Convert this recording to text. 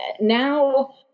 now